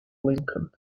lincoln